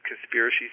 conspiracy